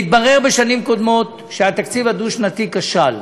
התברר בשנים קודמות שהתקציב הדו-שנתי כשל,